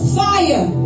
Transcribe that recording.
fire